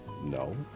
No